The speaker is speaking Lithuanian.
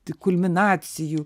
ti kulminacijų